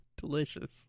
delicious